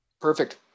Perfect